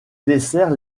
dessert